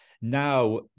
now